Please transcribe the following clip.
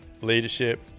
leadership